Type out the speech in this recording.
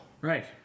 Right